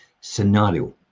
scenario